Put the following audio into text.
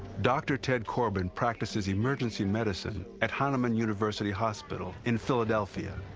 dr. ted corbin practices emergency medicine at hahnemann university hospital in philadelphia,